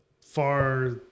far